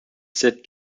sid